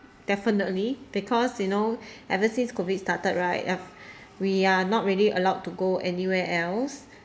definitely because you know ever since COVID started right up~ we are not really allowed to go anywhere else